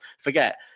forget